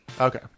okay